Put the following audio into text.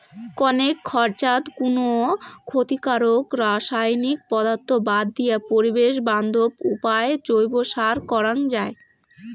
কণেক খরচাত কুনো ক্ষতিকারক রাসায়নিক পদার্থ বাদ দিয়া পরিবেশ বান্ধব উপায় জৈব সার করাং যাই